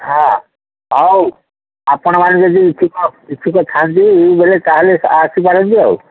ହଁ ହଉ ଆପଣମାନେ ଯଦି ଇଚ୍ଛୁକ ଇଚ୍ଛୁକ ଥାଆନ୍ତି ତା'ହେଲେ ଆସିପାରନ୍ତି ଆଉ